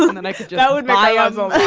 ah and and i could do that with my iphone